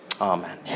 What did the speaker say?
Amen